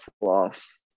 loss